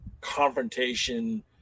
confrontation